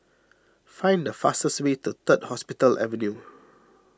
find the fastest way to Third Hospital Avenue